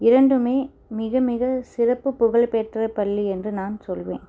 இரண்டுமே மிக மிக சிறப்புப்புகழ்ப்பெற்ற பள்ளி என்று நான் சொல்லுவேன்